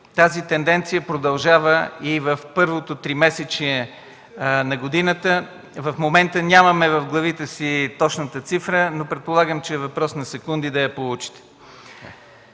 тази тенденция продължава и в първото тримесечие на годината. В момента нямаме в главите си точната цифра, но предполагам, че е въпрос на секунди да я получите.